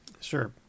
Sure